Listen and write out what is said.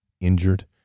injured